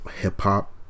hip-hop